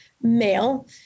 male